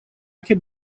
could